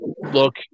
look